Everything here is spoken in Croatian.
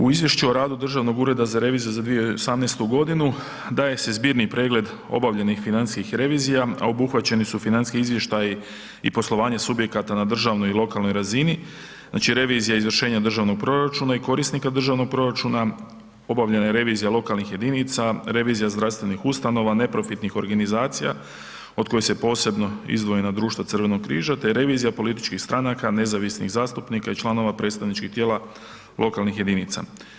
U izvješću o radu Državnog ureda za reviziju za 2018. g. daje se zbirni pregled obavljenih financijskih revizija, a obuhvaćeni su financijski izvještaji i poslovanje subjekata na državnoj i lokalnoj razini, znači revizija izvršenja državnog proračuna i korisnika državnog proračuna, obavljena revizija lokalnih jedinica, revizija zdravstvenih ustanova, neprofitnih organizacija, od kojih se posebno izdvojenog društva Crvenog križa, te revizijama političkih stranaka, nezavisnih zastupnika članova predstavničkih tijela lokalnih jedinica.